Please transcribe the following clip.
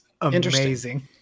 amazing